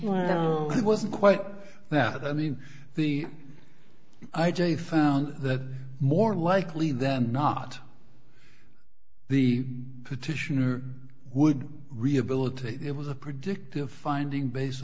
secondly it wasn't quite that i mean the i j found that more likely than not the petitioner would rehabilitate it was a predictive finding base